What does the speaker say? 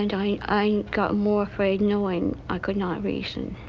and i i got more afraid knowing i could not reason